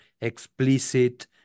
explicit